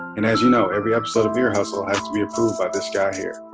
and as you know, every episode of ear hustle has to be approved by this guy here.